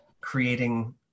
creating